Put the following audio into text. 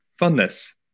funness